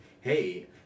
hey